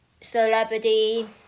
celebrity